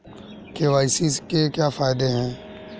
KYC के फायदे क्या है?